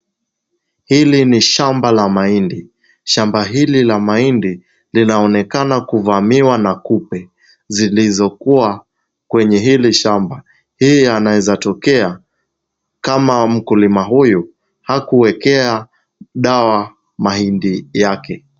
Hili ni shamba la mahindi. Shamba hili la mahindi linaonekana kuvamiwa na kupe zilizokuwa kwenye hili shamba. Hii yanawezatokea kama mkuliwa hakuwekea dawa mahindi yake.